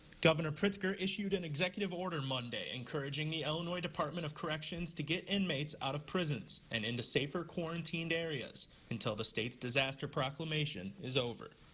governor pritzker issued an executive order monday encouraging the illinois department of corrections to get inmates out of prisons, and into safer quarantined areas until the state's disaster proclamation is over.